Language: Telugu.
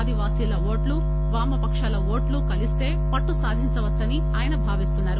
ఆదివాసీల ఓట్లు వామపకాల ఓట్లు కలిస్త పట్టుసాధించవచ్చునని ఆయన భావిస్తున్నారు